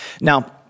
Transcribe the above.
Now